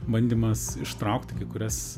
bandymas ištraukti kai kurias